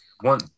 one